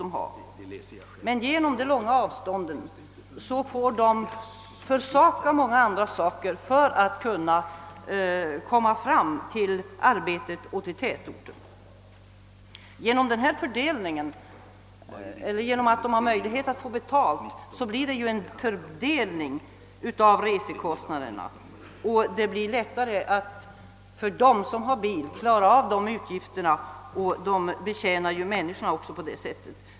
På grund av de långa avstånden får de försaka mycket annat för att kunna komma fram till arbetet och till tätorten. Genom att bilägaren får möjlighet att ta betalt av medåkande blir det en fördelning av resekostnaderna, och det blir därför för dem som har bil lättare att klara av utgifterna för denna. De betjänar ju också andra människor på detta sätt.